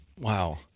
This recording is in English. wow